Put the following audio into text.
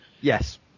Yes